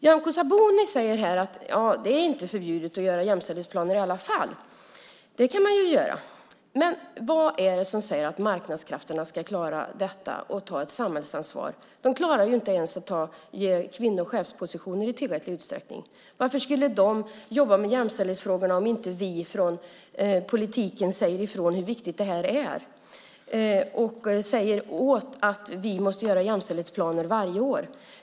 Nyamko Sabuni säger att det inte är förbjudet att göra jämställdhetsplaner i alla fall. Det kan man göra. Men vad är det som säger att marknadskrafterna kommer att klara att ta ett samhällsansvar? De klarar inte ens att ge kvinnor chefspositioner i tillräcklig utsträckning. Varför skulle de jobba med jämställdhetsfrågorna om inte vi från politiken säger ifrån hur viktigt det är? Vi måste säga åt dem att varje år göra jämställdhetsplaner.